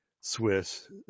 Swiss